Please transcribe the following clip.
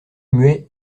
muet